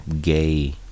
gay